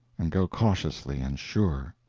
and go cautiously and sure.